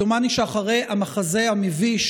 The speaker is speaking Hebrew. דומני שאחרי המחזה המביש,